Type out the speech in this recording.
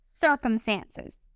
circumstances